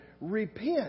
Repent